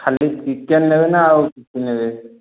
ଖାଲି ଚିକେନ ନେବେ ନା ଆଉ କିଛି ନେବେ